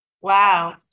wow